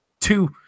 two